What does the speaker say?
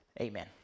Amen